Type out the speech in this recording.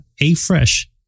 afresh